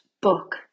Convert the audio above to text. book